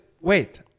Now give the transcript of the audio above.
wait